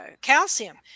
calcium